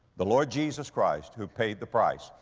the lord jesus christ who paid the price.